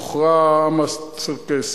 הוכרע העם הצ'רקסי.